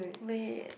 wait